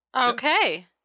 Okay